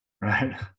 Right